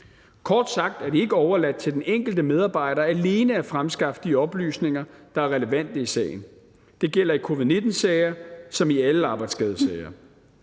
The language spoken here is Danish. Kort sagt er det ikke overladt til den enkelte medarbejder alene at fremskaffe de oplysninger, der er relevante i sagen. Det gælder i covid-19-sager som i alle arbejdsskadesager.